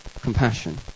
compassion